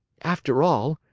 after all,